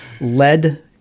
lead